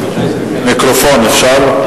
מיקרופון, אפשר?